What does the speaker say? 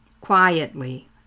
quietly